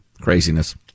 craziness